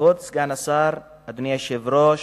כבוד סגן השר, אדוני היושב-ראש,